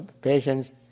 patients